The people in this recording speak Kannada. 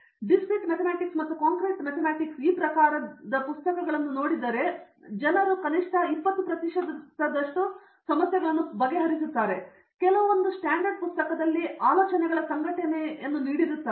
ಡಿಸ್ಕ್ರೀಟ್ ಮ್ಯಾಥಮ್ಯಾಟಿಕ್ಸ್ ಮತ್ತು ಕಾಂಕ್ರೀಟ್ ಗಣಿತದ ಈ ಪ್ರಕಾರದ ಜನರು ಅದನ್ನು ನೋಡಿದರೆ ಕನಿಷ್ಠ 20 ಪ್ರತಿಶತದಷ್ಟು ಸಮಸ್ಯೆಗಳನ್ನು ಬಗೆಹರಿಸುತ್ತಾರೆ ಕೆಲವೊಂದು ಸ್ಟ್ಯಾಂಡರ್ಡ್ ಪುಸ್ತಕದಲ್ಲಿ ಆಲೋಚನೆಗಳ ಸಂಘಟನೆಯನ್ನು ನೀಡುತ್ತದೆ